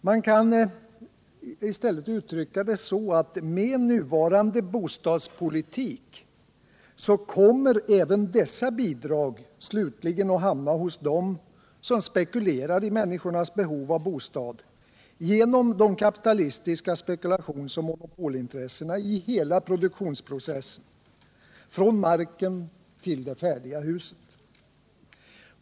Man kan i stället uttrycka det så att med nuvarande bostadspolitik kommer även dessa bidrag slutligen att hamna hos dem som spekulerar i människornas behov av bostad, genom de kapitalistiska spekulationsoch monopolintressena i hela produktionsprocessen, från marken till det färdiga huset.